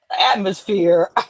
atmosphere